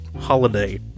holiday